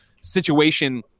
situation